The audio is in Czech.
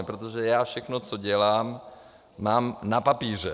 Protože já všechno, co dělám, mám na papíře.